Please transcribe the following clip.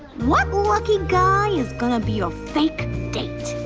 what lucky guy is gonna be your fake date?